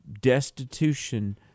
destitution